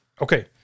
Okay